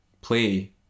play